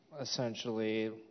essentially